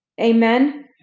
Amen